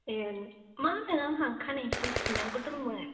ए मा होनो आंहा खानायसो सिन्नांगौ दंमोन